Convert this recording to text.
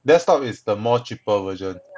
desktop is the more cheaper version